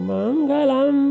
Mangalam